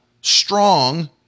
strong